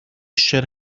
should